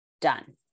done